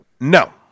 No